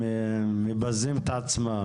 הם מבזים את עצמם,